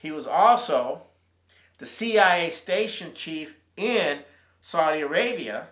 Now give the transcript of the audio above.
he was also the cia station chief in saudi arabia